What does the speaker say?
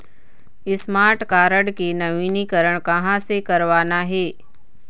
Smart card के नवीनीकरण कहां से करवाना हे?